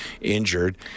injured